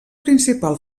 principal